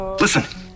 Listen